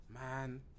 man